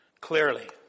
clearly